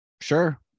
Sure